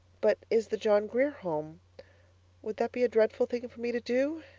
but is the john grier home would that be a dreadful thing for me to do?